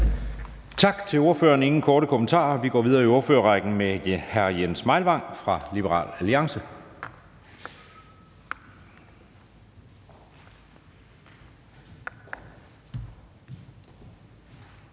Tak til ordføreren. Der er ingen korte bemærkninger. Vi går videre i ordførerrækken med hr. Jens Meilvang fra Liberal Alliance.